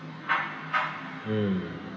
hmm